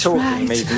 right